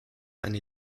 eine